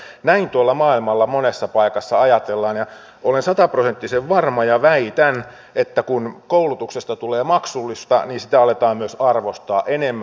mutta näin tuolla maailmalla monessa paikassa ajatellaan ja olen sataprosenttisen varma ja väitän että kun koulutuksesta tulee maksullista niin sitä aletaan myös arvostaa enemmän